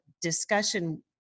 discussion